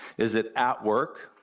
is it at work,